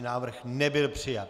Návrh nebyl přijat.